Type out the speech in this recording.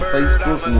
Facebook